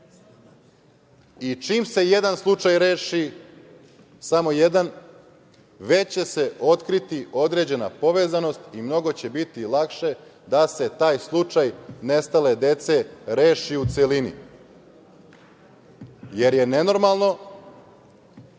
i čim se jedan slučaj reši, samo jedan, već će se otkriti određena povezanost i mnogo će biti lakše da se taj slučaj nestale dece reši u celini, jer je nenormalno